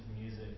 music